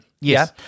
Yes